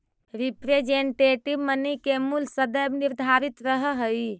representative money के मूल्य सदैव निर्धारित रहऽ हई